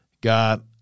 God